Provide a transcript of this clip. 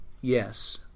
yes